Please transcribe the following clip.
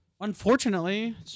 Unfortunately